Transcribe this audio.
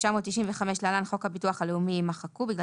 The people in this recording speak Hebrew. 1995 (להלן, חוק הביטוח הלאומי)" יימחקו; (2)